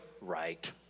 Right